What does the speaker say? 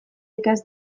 ikas